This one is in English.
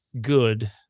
good